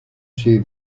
chez